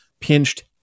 pinched